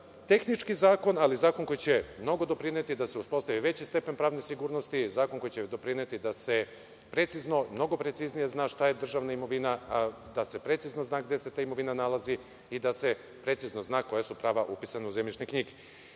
upišu. Tehnički zakon ali zakon koji će mnogo doprineti da se uspostavi veći stepen pravne sigurnosti. Zakon koji će doprineti da se precizno, mnogo preciznije zna šta je državna imovina, da se precizno zna gde se ta imovina nalazi i da se precizno zna koja su prava upisana u zemljišne knjige. Iz